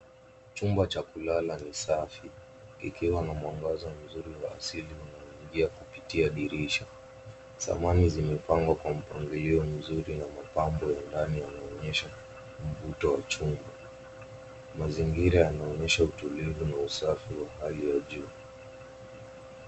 Chumba cha kulala ni safi, ikiwa na mwangaza mzuri wa asili unaoingia kupitia dirisha. Samani zimepangwa kwa mpangilio mzuri na mapambo ya ndani yanaonyesha mvuto wa chumba. Mazingira yanaonyesha utulivu na usafi wa hali ya juu.